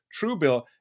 Truebill